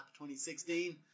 2016